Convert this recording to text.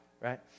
Right